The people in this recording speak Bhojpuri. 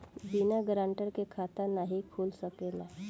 बिना गारंटर के खाता नाहीं खुल सकेला?